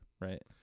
right